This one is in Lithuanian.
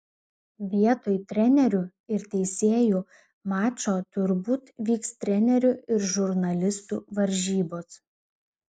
vietoj trenerių ir teisėjų mačo turbūt vyks trenerių ir žurnalistų varžybos